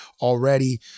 already